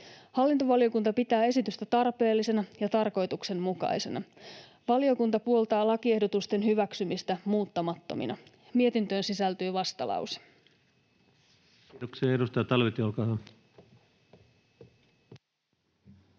Hallintovaliokunta pitää esitystä tarpeellisena ja tarkoituksenmukaisena. Valiokunta puoltaa lakiehdotusten hyväksymistä muuttamattomina. Mietintöön sisältyy vastalause. [Speech 267] Speaker: